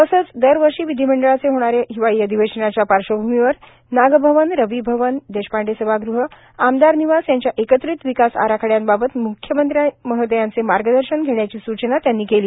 तसेच दरवर्षी विधिमंडळाचे होणारे हिवाळी अधिवेशनाच्या पार्श्वभूमीवर नागभवन रविभवन देशपांडे सभागृह आमदार निवास यांच्या एकत्रित विकास आराखडयांबाबत मुख्यमंत्री महोदयांचे मार्गदर्शन घेण्याची सूचना त्यांनी केली